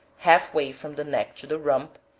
half way from the neck to the rump,